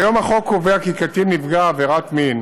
כיום החוק קובע כי קטין נפגע עבירת מין